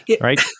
right